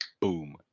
Boom